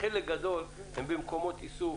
חלק גדול הם במקומות איסוף